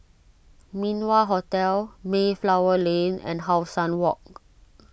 Min Wah Hotel Mayflower Lane and How Sun Walk